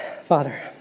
Father